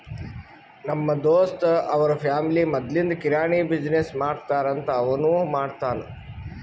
ನಮ್ ದೋಸ್ತ್ ಅವ್ರ ಫ್ಯಾಮಿಲಿ ಮದ್ಲಿಂದ್ ಕಿರಾಣಿ ಬಿಸಿನ್ನೆಸ್ ಮಾಡ್ತಾರ್ ಅಂತ್ ಅವನೂ ಮಾಡ್ತಾನ್